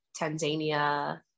Tanzania